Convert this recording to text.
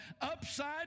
upside